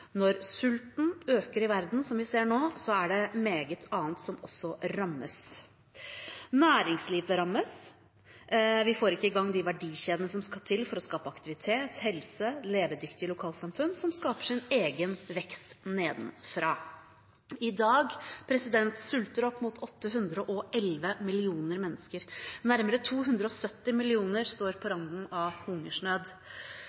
Når sulten øker i verden, som vi ser nå, er det meget annet som også rammes. Næringslivet rammes. Vi får ikke i gang de verdikjedene som skal til for å skape aktivitet, helse, levedyktige lokalsamfunn, som skaper sin egen vekst – nedenfra. I dag sulter opp mot 811 millioner mennesker. Nærmere 270 millioner står på